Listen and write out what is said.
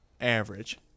Average